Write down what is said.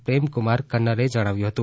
પ્રેમક્રમાર કન્નરે જણાવ્યું હતું